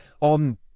on